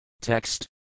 Text